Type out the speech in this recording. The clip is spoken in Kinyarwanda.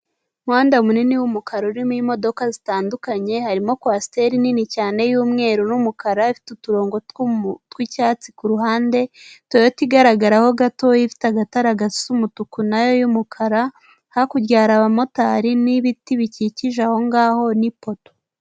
umuhanda munini wumukara urimo imodoka zitandukanye harimo coaster nini cyane yumweru n'umukara ifite uturongo twicyatsi ,kuruhande toyoto igaragaraho gato ifite agatara gasa umutuku nayo yumukara hakurya hari abamotari nibiti bikikije aho ngaho ni poto .